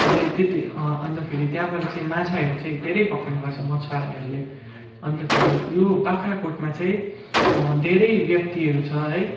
अझै त्यति अन्त फेरि त्यहाँबाट चाहिँ माछाहरू चाहिँ धेरै पक्रिने गर्छ मछुवाराहरूले अन्त फेरि यो बाख्राकोटमा चाहिँ धेरै व्यक्तिहरू छ है